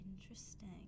Interesting